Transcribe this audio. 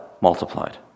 multiplied